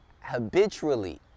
habitually